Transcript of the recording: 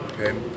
Okay